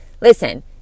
Listen